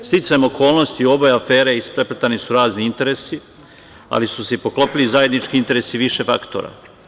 Sticajem okolnosti u obe afere isprepletani su razni interesi, ali su se poklopili i zajednički interesi više faktora.